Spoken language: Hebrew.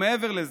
מעבר לזה,